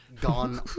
gone